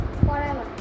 Forever